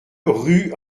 rue